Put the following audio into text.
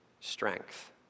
strength